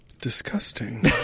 Disgusting